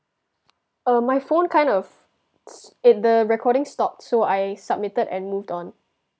uh my phone kinda of s~ it the recording stopped so I submitted and moved on